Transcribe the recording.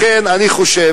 לכן אני מציע